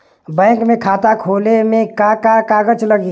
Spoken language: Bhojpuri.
बैंक में खाता खोले मे का का कागज लागी?